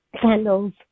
candles